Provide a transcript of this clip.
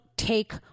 Take